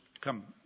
come